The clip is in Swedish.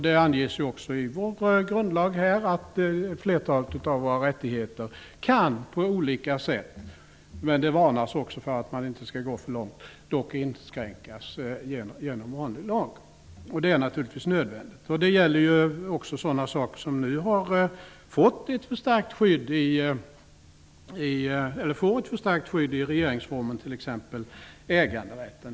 Det anges ju också i vår grundlag att flertalet av våra rättigheter på olika sätt kan inskränkas genom vanlig lag, och det är naturligtvis nödvändigt. Men det varnas också för att man inte skall gå för långt. Det gäller ju också de saker som nu får ett förstärkt skydd i regeringsformen, t.ex. äganderätten.